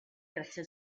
grazie